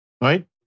right